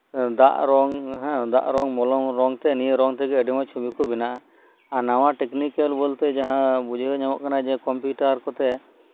ᱫᱟᱜ ᱨᱚᱝ ᱢᱚᱞᱚᱢ ᱨᱚᱝ ᱛᱮᱜᱮ ᱦᱮᱸ ᱱᱤᱭᱟᱹ ᱨᱚᱝ ᱛᱮᱜᱮ ᱟᱹᱰᱤ ᱢᱚᱸᱡ ᱪᱷᱚᱵᱤ ᱠᱚ ᱵᱮᱱᱟᱜᱼᱟ ᱟᱨ ᱱᱟᱣᱟ ᱴᱮᱠᱱᱤᱠᱮᱞ ᱵᱚ ᱞᱛᱮ ᱡᱟᱦᱟᱸ ᱵᱩᱡᱷᱟᱹᱣ ᱧᱟᱢᱚᱜ ᱠᱟᱱᱟ ᱠᱚᱢᱯᱤᱭᱩᱴᱟᱨ ᱠᱚᱛᱮ